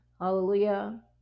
Hallelujah